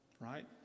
right